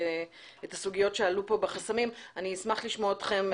הסוגיות שעלו פה בחסמים אני אשמח לשמוע אתכם,